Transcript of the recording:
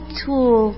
tool